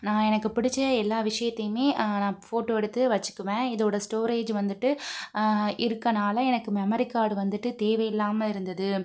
நான் எனக்கு பிடித்த எல்லா விஷியத்தையுமே நான் ஃபோட்டோ எடுத்து வச்சிக்குவேன் இதோடய ஸ்டோரேஜ் வந்துட்டு இருக்கதனால எனக்கு மெமரி கார்டு வந்துட்டு தேவையிலல்லாமல் இருந்தது